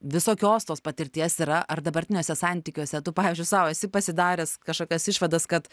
visokios tos patirties yra ar dabartiniuose santykiuose tu pavyzdžiui sau esi pasidaręs kažkokias išvadas kad